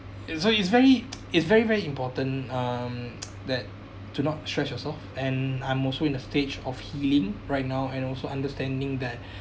so it's very it's very very important um that do not stress yourself and I'm also in a stage of healing right now and also understanding that